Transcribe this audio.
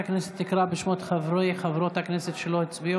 במוסדות חינוך, בבתי חולים,